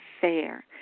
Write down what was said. fair